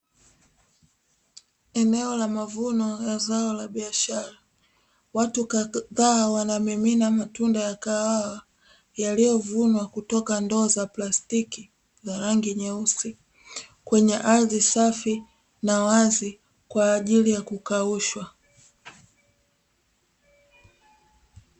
Eneo la mavuno la zao la biashara, watu kadhaa wanamimina matunda ya kahawa, yaliyovunwa kutoka ndoo za plastiki za rangi nyeusi, kwenye ardhi safi na wazi, kwa ajili ya kukaushwa.